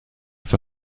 for